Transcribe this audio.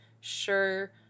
sure